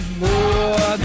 more